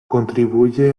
contribuye